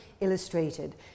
illustrated